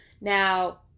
Now